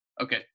okay